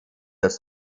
das